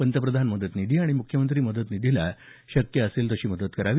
पंतप्रधान मदत निधी आणि मुख्यमंत्री मदत निधीला शक्य असेल तशी मदत करा